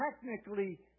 technically